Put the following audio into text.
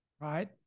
right